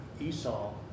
Esau